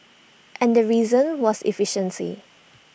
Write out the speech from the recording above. and the reason was efficiency